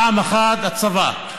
פעם אחת הצבא,